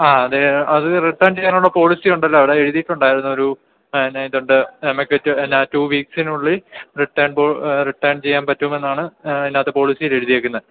ആ അത് അത് റിട്ടേൺ ചെയ്യാനുള്ള പോളിസി ഉണ്ടല്ലോ അവിടെ എഴുതിയിട്ടുണ്ടായിരുന്നു ഒരു പിന്നെ ഇതുണ്ട് നമുക്ക് എന്നാൽ ടു വീക്സിനുള്ളിൽ റിട്ടേൺ റിട്ടേൺ ചെയാൻ പറ്റുമെന്നാണ് അതിനകത്ത് പോളിസിയിൽ എഴുതിയേക്കുന്നത്